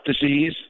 disease